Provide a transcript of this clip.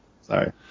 Sorry